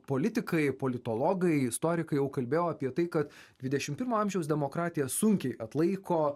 politikai politologai istorikai jau kalbėjo apie tai kad dvidešim pirmo amžiaus demokratija sunkiai atlaiko